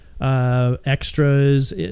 extras